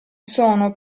sono